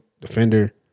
defender